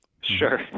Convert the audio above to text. Sure